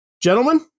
Gentlemen